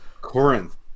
Corinth